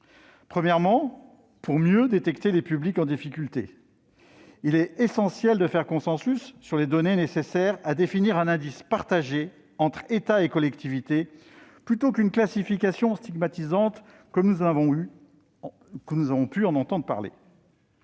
Premièrement, pour mieux détecter les publics en difficulté, il est essentiel de se mettre d'accord sur les données nécessaires pour définir un indice partagé entre État et collectivités, plutôt que d'adopter une classification stigmatisante, comme nous avons pu en entendre parler.